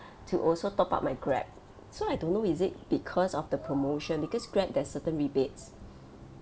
to also top up my Grab so I don't know is it because of the promotion because Grab there's certain rebates